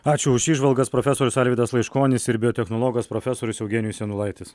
ačiū už įžvalgas profesorius alvydas laiškonis ir biotechnologas profesorius eugenijus janulaitis